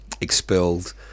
Expelled